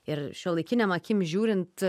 ir šiuolaikinėm akim žiūrint